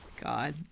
god